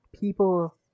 people